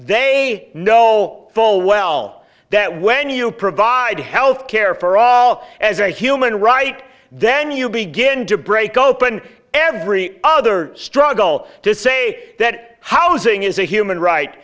they know full well that when you provide health care for all as a human right then you begin to break open every other struggle to say that housing is a human right